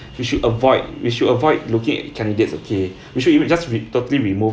we should avoid we should avoid looking at candidates okay we should even just with totally removed